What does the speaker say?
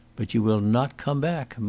but you will not come back,